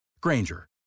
Granger